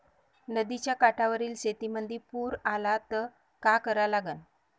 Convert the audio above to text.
नदीच्या काठावरील शेतीमंदी पूर आला त का करा लागन?